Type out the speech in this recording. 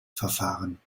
verfahren